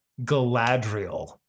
Galadriel